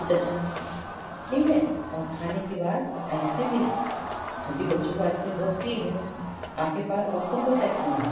कुछ अच्छा ठीक है और खाने के बाद आइस क्रीम में भी क्योंकि बच्चों को आइस क्रीम बहुत प्रिय है आपके पास और कौन कौन सी आइस क्रीम है